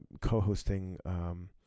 co-hosting